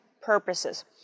purposes